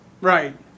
Right